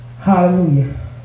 Hallelujah